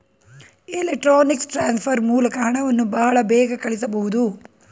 electronics transfer ಮೂಲಕ ಹಣವನ್ನು ಬಹಳ ಬೇಗ ಕಳಿಸಬಹುದು